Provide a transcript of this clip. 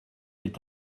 est